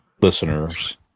listeners